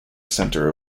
centre